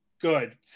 good